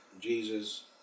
Jesus